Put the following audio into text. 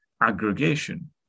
aggregation